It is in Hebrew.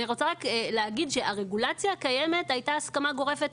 הייתה הסכמה גורפת,